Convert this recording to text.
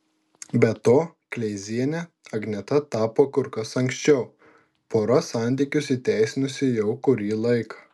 be to kleiziene agneta tapo kur kas anksčiau pora santykius įteisinusi jau kurį laiką